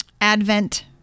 Advent